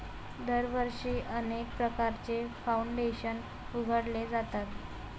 दरवर्षी अनेक प्रकारचे फाउंडेशन उघडले जातात